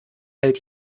hält